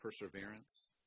perseverance